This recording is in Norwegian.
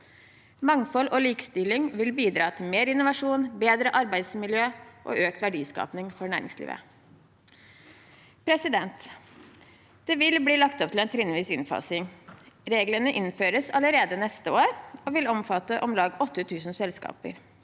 Mangfold og likestilling vil bidra til mer innovasjon, bedre arbeidsmiljø og økt verdiskaping for næringslivet. Det vil bli lagt opp til en trinnvis innfasing. Reglene innføres allerede neste år og vil omfatte om lag 8 000 selskaper.